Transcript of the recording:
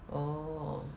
oh